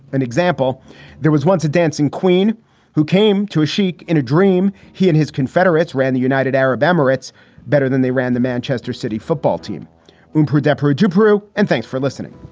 an example there was once a dancing queen who came to a chic in a dream. he and his confederates ran the united arab emirates better than they ran the manchester city football team when pre-deployed jabiru. and thanks for listening